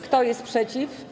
Kto jest przeciw?